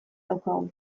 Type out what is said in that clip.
daukagu